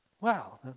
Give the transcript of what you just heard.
Wow